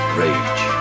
rage